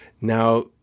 Now